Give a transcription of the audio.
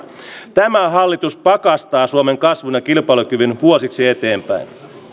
tämä hallitus pakastaa suomen kasvun ja kilpailukyvyn vuosiksi eteenpäin